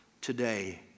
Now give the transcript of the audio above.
today